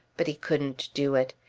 but he couldn't do it.